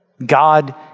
God